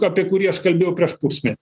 apie kurį aš kalbėjau prieš pusmetį